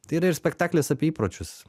tai yra ir spektaklis apie įpročius